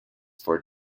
for